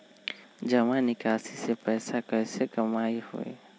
जमा निकासी से पैसा कईसे कमाई होई?